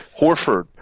Horford